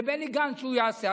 לבני גנץ, שהוא יעשה.